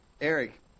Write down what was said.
Eric